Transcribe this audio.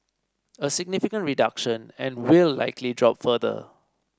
a significant reduction and will likely drop further